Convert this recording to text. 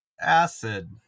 acid